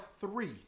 three